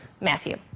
Matthew